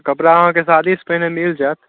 से कपड़ा अहाँकेॅं शादी सॅं पहिने मीलि जायत